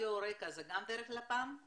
רדיו רק"ע זה גם דרך לפ"מ?